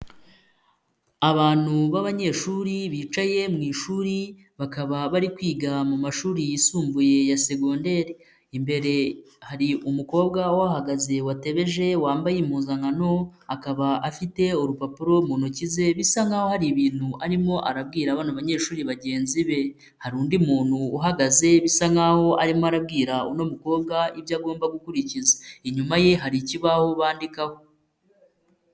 Abantu b'abanyeshuri bicaye mu ishuri bakaba bari kwiga mu mashuri yisumbuye ya segonderi, imbere hari umukobwa uhahagaze watebeje wambaye impuzankano akaba afite urupapuro mu ntoki ze bisa nk'aho hari ibintu arimo arabwira abana b'abanyeshuri bagenzi be, hari undi muntu uhagaze bisa nk'aho arimo arabwira uwo mukobwa ibyo agomba gukurikiza, inyuma ye hari ikibaho bandikaho.